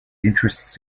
interests